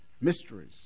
mysteries